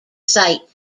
site